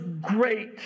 great